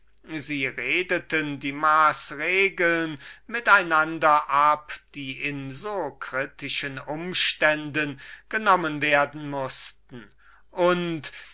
sie redeten die maßregeln mit einander ab die in so kritischen umständen genommen werden mußten und